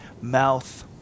mouth